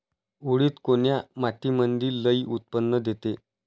उडीद कोन्या मातीमंदी लई उत्पन्न देते?